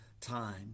time